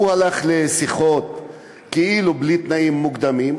הוא הלך לשיחות כאילו בלי תנאים מוקדמים,